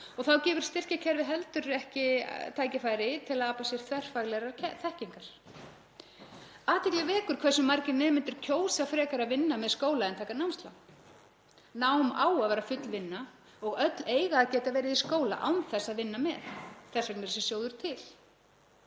Þá gefur styrkjakerfið heldur ekki tækifæri á að afla sér þverfaglegrar þekkingar. Athygli vekur hversu margir nemendur kjósa frekar að vinna með skóla en taka námslán. Nám á að vera full vinna og öll eiga að geta verið í skóla án þess að vinna með. Þess vegna er þessi sjóður til.